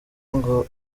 ngo